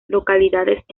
localidades